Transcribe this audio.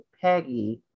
Peggy